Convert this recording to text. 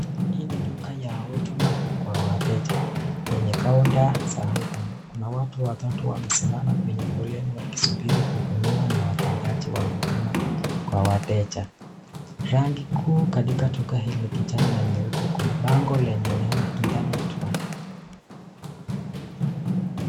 Hii ni duka ya huduma kwa wateja . Kwenye "counter" za huduma Kuna watu watatu wamesimama kwenye foleni wakisubiri kuhudumiwa na watendaji wa huduma kwa wateja. Rangi kuu katika duka hili ni kijani na nyeupe. Kuna bango lenye neno "internet one"